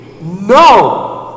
No